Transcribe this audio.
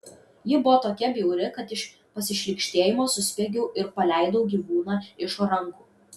ji buvo tokia bjauri kad iš pasišlykštėjimo suspiegiau ir paleidau gyvūną iš rankų